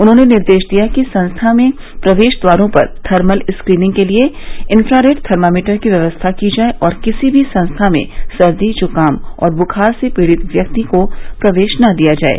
उन्होंने निर्देश दिया कि संस्था के प्रवेश द्वारों पर थर्मल स्क्रीनिंग के लिये इंफ्रारेड थार्मामीटर की व्यवस्था की जाये और किसी भी संस्था में सर्दी जुकाम और बुखार से पीड़ित व्यक्ति को प्रवेश न दिया जाये